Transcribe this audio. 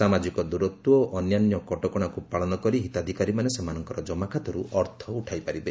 ସାମାଜିକ ଦୂରତ୍ୱ ଓ ଅନ୍ୟାନ୍ୟ କଟକଶାକୁ ପାଳନ କରି ହିତାଧିକାରୀମାନେ ସେମାନଙ୍କର ଜମାଖାତାରୁ ଅର୍ଥ ଉଠାଇ ପାରିବେ